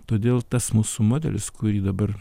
todėl tas mūsų modelis kurį dabar